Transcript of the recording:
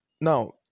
Now